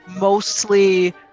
mostly